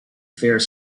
fare